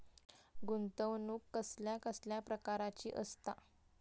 गुंतवणूक कसल्या कसल्या प्रकाराची असता?